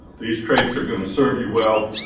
these traits are gonna serve you well,